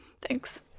thanks